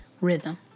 rhythm